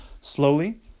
slowly